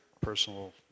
personal